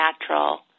natural